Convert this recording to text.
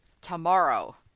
tomorrow